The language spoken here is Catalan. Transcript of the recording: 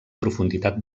profunditat